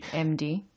MD